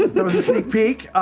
there was a sneak peak.